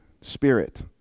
spirit